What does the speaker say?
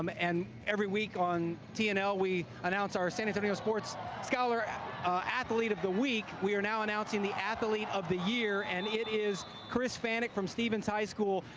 um and every week on tnl we announce our san antonio sports scholar and athlete of the week, week, we are now announcing the athlete of the year. and it is chris banik from stevens high school,